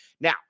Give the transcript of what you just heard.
Now